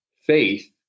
faith